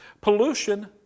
Pollution